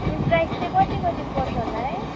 price चाहिँ कति कति पर्छ होला है